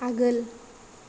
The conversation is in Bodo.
आगोल